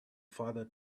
father